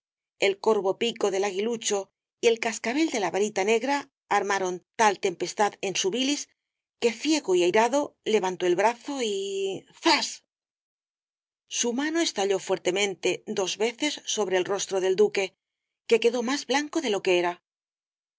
el corvo pico del aguilucho y el cascabel de la varita negra armaron tal tempestad en su bilis que ciego y airado levantó el brazo y zas su mano estalló fuertemente dos veces sobre el rostro del duque que quedó más blanco de lo que era es